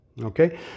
okay